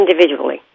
individually